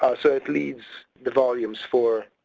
um so it leads the volumes for,